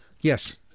Yes